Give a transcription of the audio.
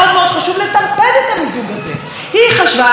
המיזוג בטענה שהוא אינו פוגע בתחרות במשק,